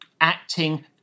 acting